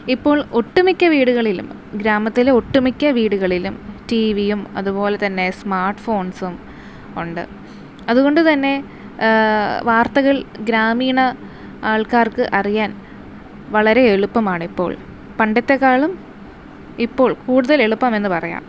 ഇപ്പോൾ ഒട്ടുമിക്ക വീടുകളിലും ഗ്രാമത്തിലെ ഒട്ടുമിക്ക വീടുകളിലും ടിവിയും അതുപോലെ തന്നെ സ്മാർട്ട്ഫോൺസും ഉണ്ട് അതുകൊണ്ടു തന്നെ വാർത്തകൾ ഗ്രാമീണ ആൾക്കാർക്ക് അറിയാൻ വളരെ എളുപ്പമാണ് ഇപ്പോൾ പണ്ടത്തെക്കാളും ഇപ്പോൾ കൂടുതൽ എളുപ്പമെന്നു പറയാം